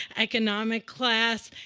economic class,